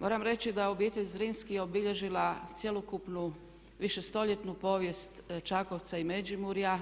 Moram reći da obitelj Zrinski je obilježila cjelokupnu višestoljetnu povijest Čakovca i Međimurja